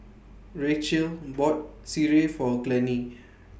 Racheal bought Sireh For Glennie